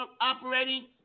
operating